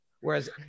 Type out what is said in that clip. whereas